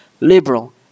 liberal